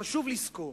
חשוב לזכור: